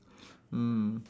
mm